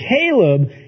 Caleb